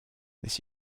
this